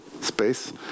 space